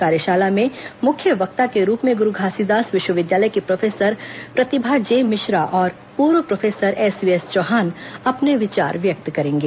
कार्यशाला में मुख्य वक्ता के रुप में ग्रु घासीदास विश्वविद्यालय की प्रोफेसर प्रतिभा जे मिश्रा और पूर्व प्रोफेसर एसवीएसचौहान अपने विचार व्यक्त करेंगे